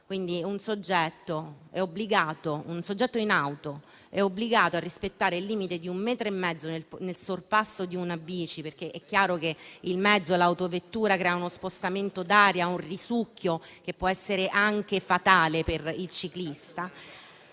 bici). Un soggetto in auto è obbligato a rispettare il limite di un metro e mezzo nel sorpasso di una bici, perché è chiaro che l'autovettura crea uno spostamento d'aria e un risucchio che possono essere fatali per il ciclista.